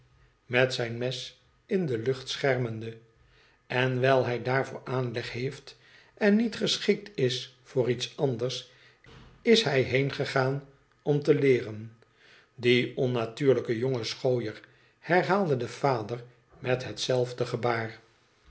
met zijn mes in de lucht schermende len wijl hij daarvoor aanleg heeft en niet geschikt is voor iets anders is hij heengegaan om te leeren die onnatuurlijke jonge schooier herhaalde de vader met hetzelfde gebaar